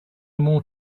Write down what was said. more